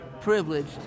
privileged